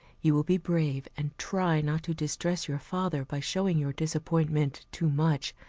you will be brave, and try not to distress your father by showing your disappointment too much.